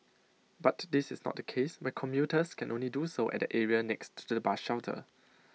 but this is not case where commuters can only do so at the area next to the bus shelter